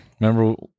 Remember